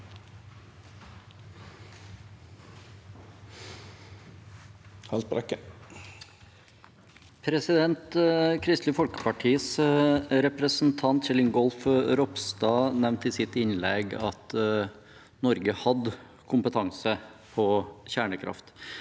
Folke- partis representant Kjell Ingolf Ropstad nevnte i sitt innlegg at Norge hadde kompetanse på kjernekraft.